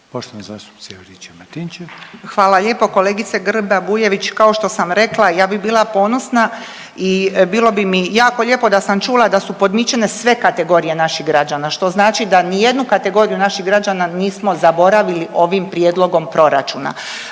Branka (HDZ)** Hvala lijepo. Kolegice Grba Bujević kao što sam rekla ja bi bila ponosna i bilo bi mi jako lijepo da sam čula da su podmićene sve kategorije naših građana, što znači da nijednu kategoriju naših građana nismo zaboravili ovim prijedlogom proračuna.